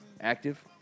active